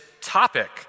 topic